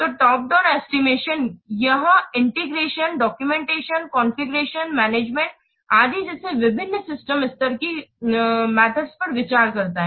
तो top down estimation यह integration documentation configuration management आदि जैसे विभिन्न सिस्टम स्तर की गतिमेथड पर विचार करता है